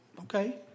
Okay